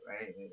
right